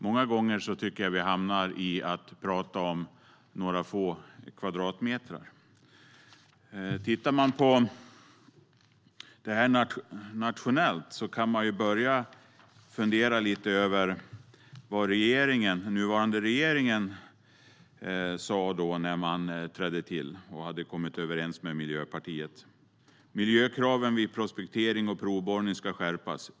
Många gånger kommer vår diskussion att handla om några få kvadratmeter. När man ser på detta nationellt kan man börja med att se på vad den nuvarande regeringen sa när den trädde till. Då hade man kommit överens med Miljöpartiet. Man sa: Miljökraven vid prospektering och provborrning ska skärpas.